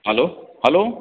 hello hello